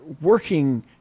working –